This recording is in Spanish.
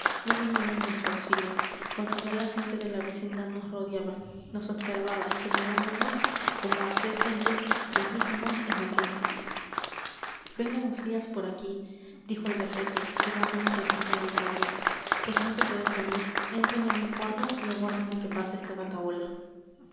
no viniera en nuestro auxilio cuando ya la gente de la vecindad nos rodeaba nos observaba señalándonos como a tres entes extrañísimos en aquel sitio vengan usías por aquí dijo el vejete llevándonos al fondo del patio pues no se puede salir entren en mi cuarto y aguarden a que pase esta batahola